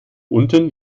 unten